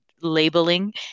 labeling